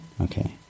okay